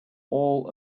all